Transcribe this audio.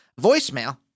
voicemail